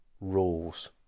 rules